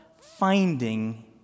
finding